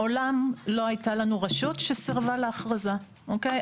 מעולם לא הייתה לנו רשות שסירבה להכרזה, אוקיי?